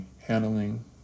handling